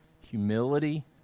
Humility